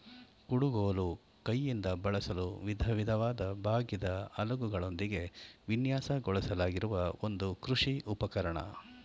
ಕುಡುಗೋಲು ಕೈಯಿಂದ ಬಳಸಲು ವಿಧವಿಧವಾದ ಬಾಗಿದ ಅಲಗುಗಳೊಂದಿಗೆ ವಿನ್ಯಾಸಗೊಳಿಸಲಾಗಿರುವ ಒಂದು ಕೃಷಿ ಉಪಕರಣ